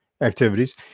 activities